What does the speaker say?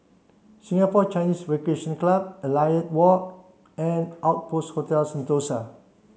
Singapore Chinese Recreation Club Elliot Walk and Outpost Hotel Sentosa